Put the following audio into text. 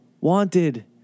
wanted